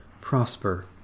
Prosper